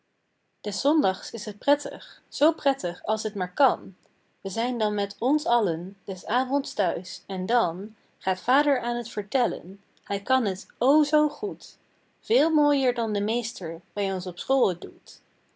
des zondags is het prettig zoo prettig als t maar kan we zijn dan met ons allen des avonds thuis en dan gaat vader aan t vertellen hij kan het o zoo goed veel mooier dan de meester bij ons op school het doet